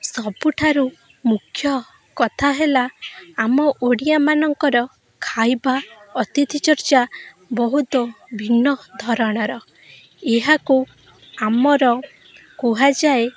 ସବୁଠାରୁ ମୁଖ୍ୟ କଥା ହେଲା ଆମ ଓଡ଼ିଆମାନଙ୍କର ଖାଇବା ଅତିଥି ଚର୍ଚ୍ଚା ବହୁତ ଭିନ୍ନ ଧରଣର ଏହାକୁ ଆମର କୁହାଯାଏ